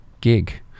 GIG